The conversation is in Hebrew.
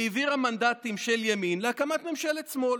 היא העבירה מנדטים של ימין להקמת ממשלת שמאל,